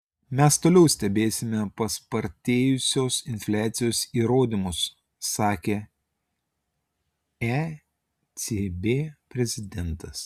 mes toliau stebėsime paspartėjusios infliacijos įrodymus sakė ecb prezidentas